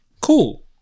cool